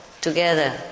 together